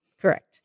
Correct